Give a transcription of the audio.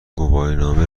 گواهینامه